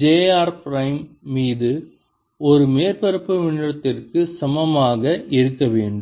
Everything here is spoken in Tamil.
J r பிரைம் மீது ஒரு மேற்பரப்பு மின்னோட்டத்திற்கு சமமாக இருக்க வேண்டும்